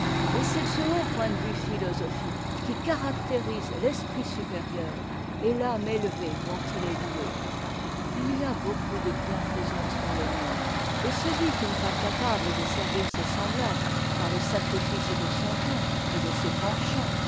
et c'est ce haut point de vue philosophique qui caractérise l'esprit de sagesse et de liberté de cette ancienne ville anséatique il y a beaucoup de bienfaisance dans le monde et celui qui n'est pas capable de servir ses semblables par le sacrifice de son temps et de ses penchants